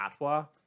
Atwa